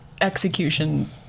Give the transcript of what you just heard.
execution